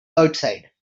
outside